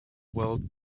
world